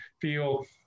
feel